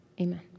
Amen